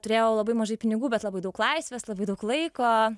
turėjau labai mažai pinigų bet labai daug laisvės labai daug laiko